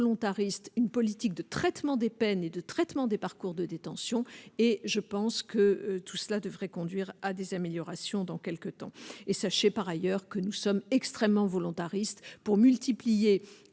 une politique de traitement des peines et de traitement des parcours de détention et je pense que tout cela devrait conduire à des améliorations dans quelque temps et sachez par ailleurs que nous sommes extrêmement volontariste pour multiplier